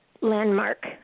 landmark